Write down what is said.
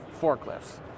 forklifts